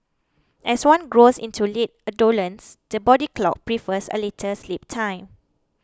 as one grows into late adolescence the body clock prefers a later sleep time